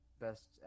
best